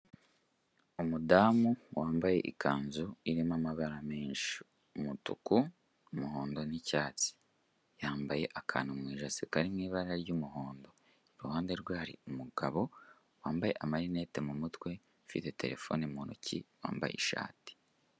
Umudamu wambaye ikanzu irimo amabara menshi; umutuku, umuhondo n'icyatsi; yambaye akantu mu ijosi kari mw'ibara ry'umuhondo, iruhande rwe hari umugabo wambaye amarinete mu mutwe ufite telefone mu ntoki, wambaye ishati.